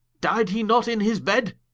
dy'de he not in his bed?